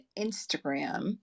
Instagram